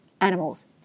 animals